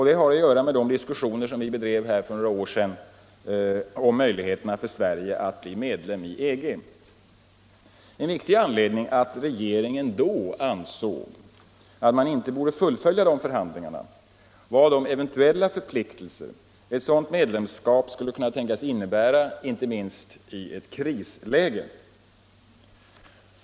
De har att göra med de diskussioner vi bedrev här för några år sedan om möjligheterna för Sverige att bli medlem i EG. En viktig anledning till att regeringen då ansåg att man inte borde fullfölja förhandlingarna var de eventuella förpliktelser ett sådant medlemskap skulle kunna tänkas innebära, inte minst i ett krisläge.